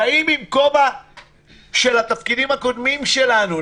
באים עם כובע של התפקידים הקודמים שלנו.